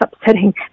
upsetting